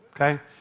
Okay